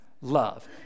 love